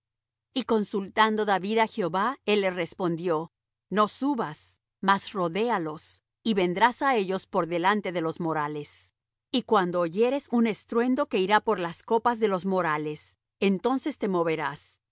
y consultando david á jehová él le respondió no subas mas rodéalos y vendrás á ellos por delante de los morales y cuando oyeres un estruendo que irá por las copas de los morales entonces te moverás